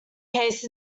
case